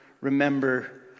remember